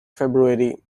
february